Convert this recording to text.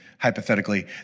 hypothetically